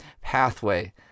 pathway